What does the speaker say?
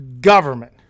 government